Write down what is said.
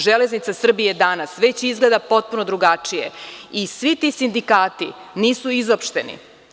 Železnica Srbije“ danas već izgleda potpuno drugačije i svi ti sindikati nisu izopšteni.